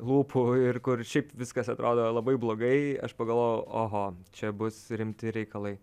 lūpų ir kur šiaip viskas atrodo labai blogai aš pagalvojau oho čia bus rimti reikalai